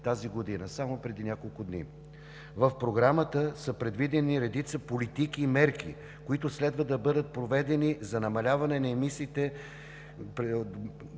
тази година – само преди няколко дни. В Програмата са предвидени редица политики и мерки, които следва да бъдат проведени за намаляване на емисиите